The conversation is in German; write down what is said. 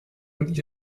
und